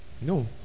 No